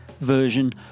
version